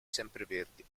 sempreverdi